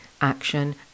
action